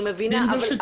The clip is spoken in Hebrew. אני מבינה.